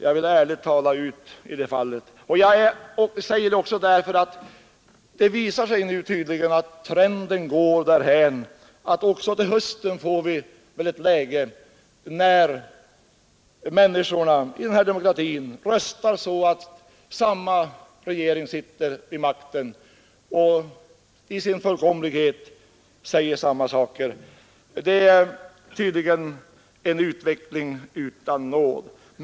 Jag säger det också därför att det visar sig nu tydligen att trenden går därhän att vi också i höst när människorna i den här demokratin har röstat har samma regering vid makten som i sin fullkomlighet säger samma saker och stöds av vpk. Det är tydligen en utveckling utan nåd.